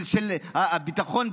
של הביטחון,